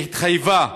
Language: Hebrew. שהתחייבה,